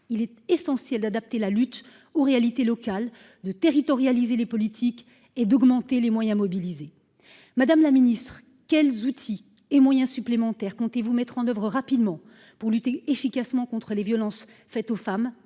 Il est essentiel d'adapter la lutte aux réalités locales de territorialiser les politiques et d'augmenter les moyens mobilisés Madame la Ministre quels outils et moyens supplémentaires comptez-vous mettre en oeuvre rapidement pour lutter efficacement contre les violences faites aux femmes,